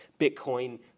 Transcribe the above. Bitcoin